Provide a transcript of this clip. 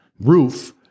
roof